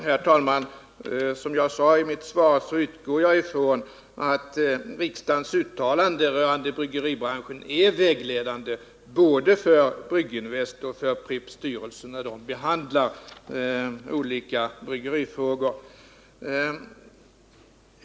Herr talman! Som jag sade i mitt svar utgår jag ifrån att riksdagens uttalande rörande bryggeribranschen är vägledande både för Brygginvest och för Pripps styrelse vid behandlingen av olika bryggerifrågor.